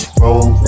roll